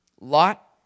Lot